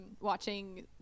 watching